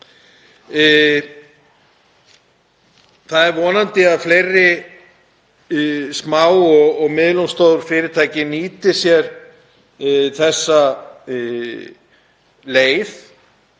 Það er vonandi að fleiri smá og miðlungsstór fyrirtæki nýti sér þessa leið,